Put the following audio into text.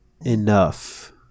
enough